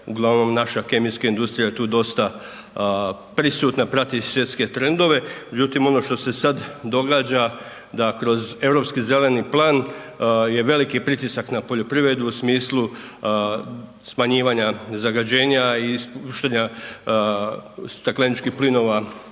uglavnom naša kemijska industrija je tu dosta prisutna, prati svjetske trendove, međutim, ono što se sad događa da kroz Europski zeleni plan je veliki pritisak na poljoprivredu u smislu smanjivanja zagađenja i ispuštanja stakleničkih plinova